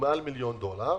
מעל מיליון דולר,